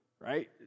Right